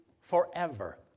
forever